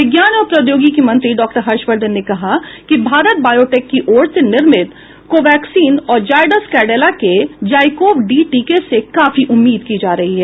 विज्ञान और प्रौद्योगिकी मंत्री डॉक्टर हर्षवर्द्धन ने कहा है कि भारत बायोटेक की ओर से निर्मित कोवाक्सिन और जायडस कैडिला के जाइकोव डी टीके से काफी उम्मीद की जा रही है